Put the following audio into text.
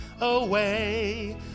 away